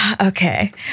Okay